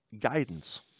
guidance